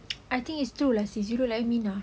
I think it's true lah sis you look like minah